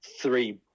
Three